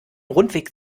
rundweg